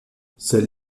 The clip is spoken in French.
seules